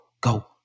go